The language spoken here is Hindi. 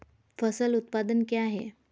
फसल उत्पादन क्या है?